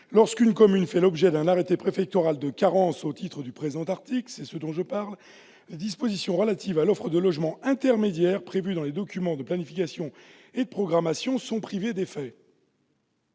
Lorsqu'une commune fait l'objet d'un arrêté préfectoral de carence au titre du présent article, les dispositions relatives à l'offre de logement intermédiaire prévues par les documents de planification et de programmation sont privées d'effet.